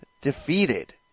defeated